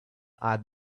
had